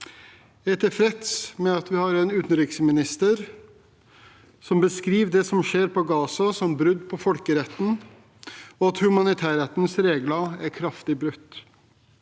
Jeg er tilfreds med at vi har en utenriksminister som beskriver det som skjer på Gaza, som brudd på folkeretten, og sier at humanitærrettens regler er kraftig brutt.